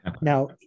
Now